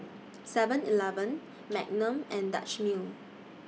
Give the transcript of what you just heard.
Seven Eleven Magnum and Dutch Mill